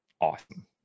awesome